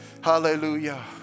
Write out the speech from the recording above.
Hallelujah